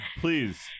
please